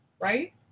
Right